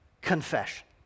confession